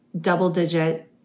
double-digit